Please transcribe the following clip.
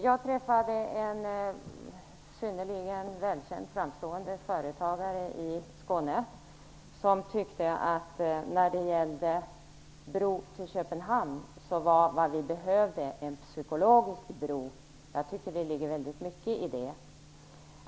Jag träffade en synnerligen välkänd framstående företagare i Skåne, som när det gällde bro till Köpenhamn tyckte att vad vi behövde var en psykologisk bro. Jag tycker att det ligger väldigt mycket i det.